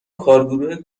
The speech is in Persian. کارگروه